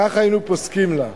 כך היינו פוסקים לה.